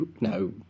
No